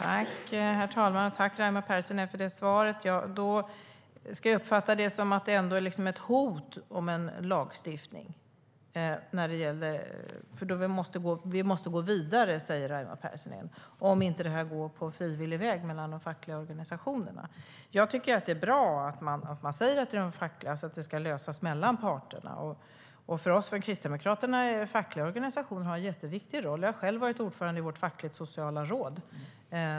Herr talman! Jag vill tacka Raimo Pärssinen för svaret. Ska jag uppfatta det som att det ändå är ett hot om lagstiftning? Raimo Pärssinen säger att vi måste gå vidare om det inte går på frivillig väg mellan de fackliga organisationerna. Jag tycker att det är bra att man säger till facken att det ska lösas mellan parterna. Kristdemokraterna tycker att de fackliga organisationerna har en jätteviktig roll. Jag har själv varit ordförande i vårt fackligt-sociala råd.